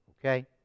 okay